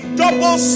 double